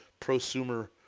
prosumer